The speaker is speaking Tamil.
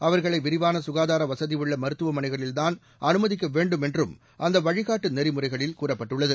அவர்களை விரிவான சுகாதார வசதி உள்ள மருத்துவமனைகளில்தான் அனுமதிக்க வேண்டும் என்றும் அந்த வழிகாட்டு நெறிமுறைகளில் கூறப்பட்டுள்ளது